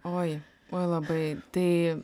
uoi uoi labai tai